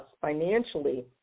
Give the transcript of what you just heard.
financially